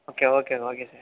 okay okay okay sir